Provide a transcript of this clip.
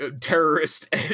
terrorist